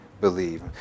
believe